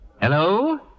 Hello